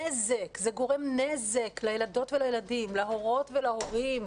זה גורם נזק לילדות ולילדים, להורות ולהורים.